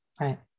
Right